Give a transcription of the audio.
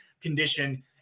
condition